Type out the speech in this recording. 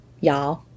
Y'all